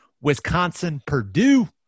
Wisconsin-Purdue